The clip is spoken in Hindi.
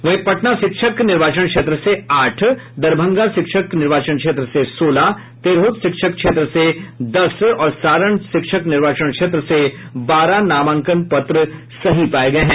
वहीं पटना शिक्षक निर्वाचन क्षेत्र से आठ दरभंगा शिक्षक क्षेत्र से सोलह तिरहुत शिक्षक क्षेत्र से दस और सारण शिक्षक क्षेत्र से बारह नामांकन पत्र सही पाये गये हैं